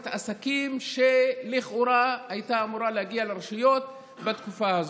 מארנונה מהעסקים שלכאורה הייתה אמורה להגיע לרשויות בתקופה הזאת.